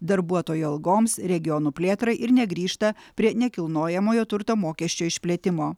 darbuotojų algoms regionų plėtrai ir negrįžta prie nekilnojamojo turto mokesčio išplėtimo